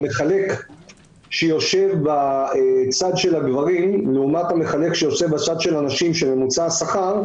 המחלק שיושב בצד של הגברים הוא המחלק שיושב בצד של הנשים עם ממוצע שכר,